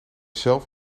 zelf